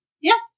Yes